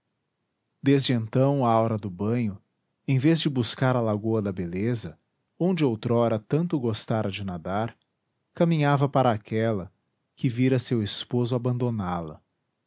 desde então à hora do banho em vez de buscar a lagoa da beleza onde outrora tanto gostara de nadar caminhava para aquela que vira seu esposo abandoná la